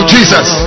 Jesus